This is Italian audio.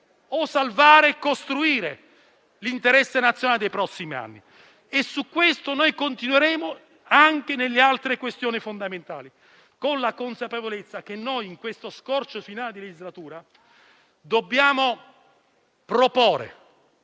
o salvare e costruire l'interesse nazionale dei prossimi anni. Su questa linea proseguiremo anche sulle altre questioni fondamentali, con la consapevolezza che in questo scorcio finale di legislatura dobbiamo proporre